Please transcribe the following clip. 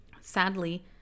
sadly